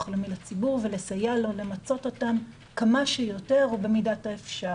הלאומי לצבור ולסייע לו למצות אותם כמה שיותר ובמידת האפשר.